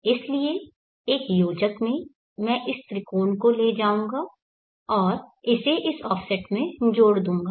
इसलिए एक योजक में मैं इस त्रिकोण को ले जाऊंगा और इसे इस ऑफसेट में जोड़ दूंगा